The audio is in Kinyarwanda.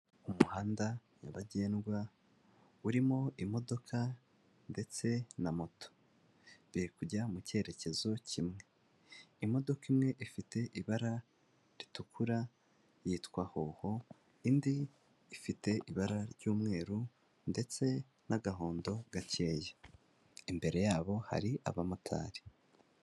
Umuhanda nyabagendwa urimo imodoka ndetse na moto biri kujya mu cyerekezo kimwe, imodoka imwe ifite ibara ritukura yitwa hoho; indi ifite ibara ry'umweru ndetse n'agahondo gakeya, imbere yabo hari abamotari.